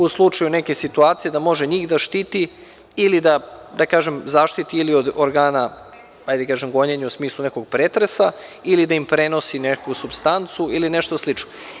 U slučaju neke situacije da može njih da štiti ili da zaštiti, ili od organa gonjenja, u smislu nekog pretresa ili da im prenosi neku supstancu, ili nešto slično.